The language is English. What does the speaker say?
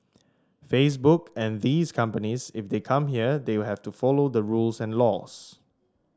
facebook and these companies if they come here they have to follow the rules and laws